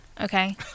okay